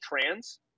trans